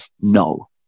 no